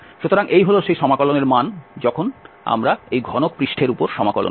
সুতরাং এই হল সেই সমাকলনের মান যখন আমরা এই ঘনক পৃষ্ঠের উপর সমাকলন করি